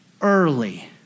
early